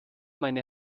meine